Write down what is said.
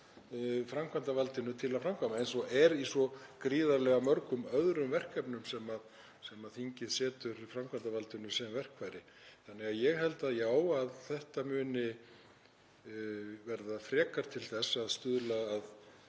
framkvæmdarvaldinu til að framkvæma eins og er í svo gríðarlega mörgum öðrum verkefnum sem þingið setur framkvæmdarvaldinu sem verkfæri. Þannig að ég held, já, að þetta muni verða frekar til þess að stuðla að